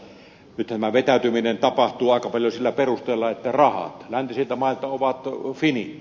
nythän tämä vetäytyminen tapahtuu aika paljon sillä perusteella että rahat läntisiltä mailta ovat finito